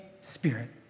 Spirit